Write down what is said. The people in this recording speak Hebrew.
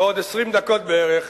בעוד 20 דקות בערך,